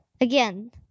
again